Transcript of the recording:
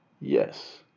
Yes